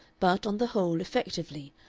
but, on the whole, effectively,